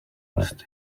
roused